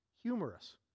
humorous